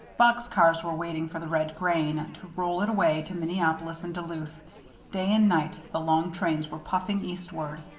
box cars were waiting for the red grain, to roll it away to minneapolis and duluth day and night the long trains were puffing eastward.